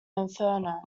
inferno